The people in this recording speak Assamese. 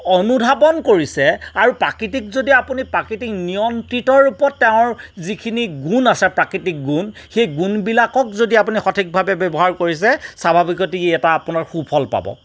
অনুধাৱন কৰিছে আৰু প্ৰাকৃতিক যদি আপুনি প্ৰাকৃতিক নিয়ন্ত্ৰিত ৰূপত তেওঁৰ যিখিনি গুণ আছে প্ৰাকৃতিক গুণ সেই গুণবিলাকক যদি আপুনি সঠিকভাৱে ব্যৱহাৰ কৰিছে স্বাভাৱিকতেই ই এটা আপোনাৰ সুফল পাব